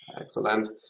Excellent